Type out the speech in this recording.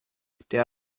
der